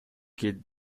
que